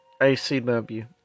ACW